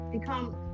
become